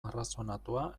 arrazonatua